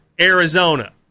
Arizona